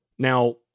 Now